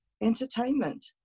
entertainment